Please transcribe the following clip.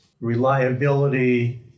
reliability